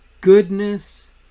goodness